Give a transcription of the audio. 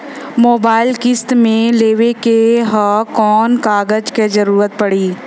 Mobile किस्त मे लेवे के ह कवन कवन कागज क जरुरत पड़ी?